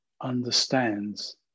understands